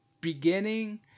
beginning